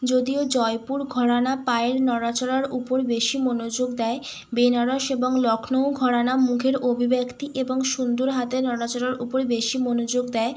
যদিও জয়পুর ঘরানা পায়ের নড়াচড়ার উপর বেশি মনোযোগ দেয় বেনারস এবং লখনউ ঘরানা মুখের অভিব্যক্তি এবং সুন্দর হাতের নড়াচড়ার উপরে বেশি মনযোগ দেয়